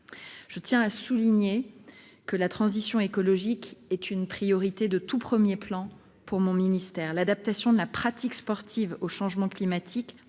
Je tiens à souligner que la transition écologique est une priorité de tout premier plan pour mon ministère. L'adaptation de la pratique sportive au changement climatique